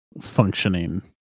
functioning